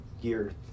year